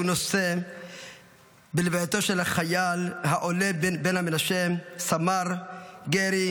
שהוא נושא בלווייתו של החייל העולה בן המנשה סמ"ר גרי